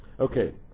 Okay